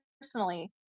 Personally